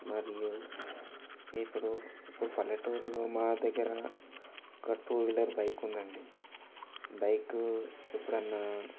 మరియు ఇప్పుడు ఇప్పుడు పల్లెటూర్లో మా దగ్గర ఒక టూ వీలర్ బైక్ ఉంది అండి బైక్ ఎప్పుడైనా